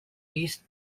east